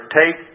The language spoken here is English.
take